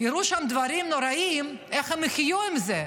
יראו שם דברים נוראיים, איך הם יחיו עם זה?